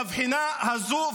מהבחינה הזו,